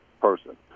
person